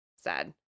sad